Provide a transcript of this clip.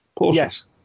Yes